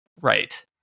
right